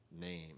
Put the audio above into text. name